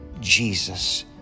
Jesus